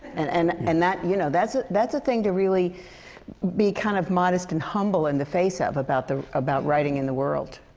and and and that you know, that's that's a thing to really be kind of modest and humble in the face of. about the about writing in the world.